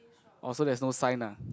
orh so there's no sign ah